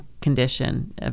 condition